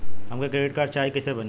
हमके credit card चाही कैसे बनी?